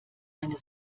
eine